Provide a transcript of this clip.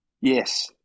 Yes